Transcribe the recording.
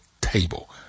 table